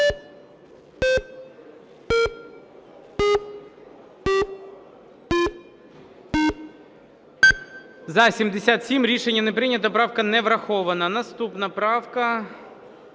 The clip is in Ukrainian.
За-77 Рішення не прийнято. Правка не врахована. Наступна правка,